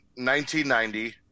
1990